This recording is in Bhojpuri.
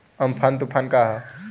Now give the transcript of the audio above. अमफान तुफान का ह?